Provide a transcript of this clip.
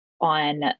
on